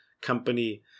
company